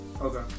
Okay